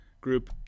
group